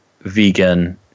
vegan